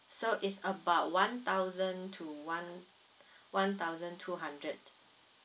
so is about one thousand to one one thousand two hundred